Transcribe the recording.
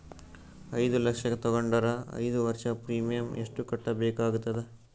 ಐದು ಲಕ್ಷ ತಗೊಂಡರ ಐದು ವರ್ಷದ ಪ್ರೀಮಿಯಂ ಎಷ್ಟು ಕಟ್ಟಬೇಕಾಗತದ?